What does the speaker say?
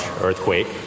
earthquake